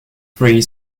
three